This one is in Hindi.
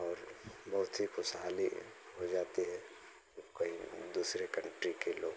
और बहुत ही खुशहाली हो जाती है जब कहीं दूसरे कंट्री के लोग